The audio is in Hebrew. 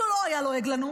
מתי הוא לא היה לועג לנו?